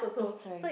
sorry